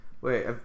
wait